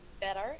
better